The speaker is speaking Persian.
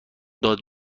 داد